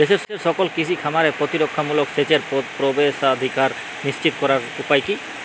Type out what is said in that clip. দেশের সকল কৃষি খামারে প্রতিরক্ষামূলক সেচের প্রবেশাধিকার নিশ্চিত করার উপায় কি?